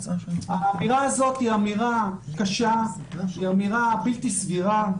האמירה הזאת היא אמירה קשה, היא אמירה בלתי סבירה.